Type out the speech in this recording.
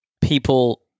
people